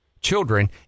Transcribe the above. children